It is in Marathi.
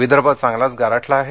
विदर्भ चांगलाच गारठला आहे